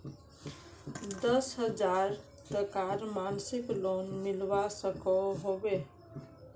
दस हजार टकार मासिक लोन मिलवा सकोहो होबे?